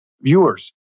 viewers